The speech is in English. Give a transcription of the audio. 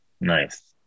Nice